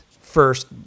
first